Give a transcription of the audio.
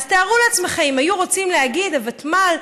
אז תארו לעצמכם אם היו רוצים להגיד: הוותמ"ל,